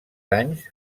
anys